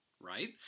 right